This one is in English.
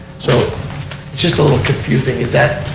so just a little confusing. is that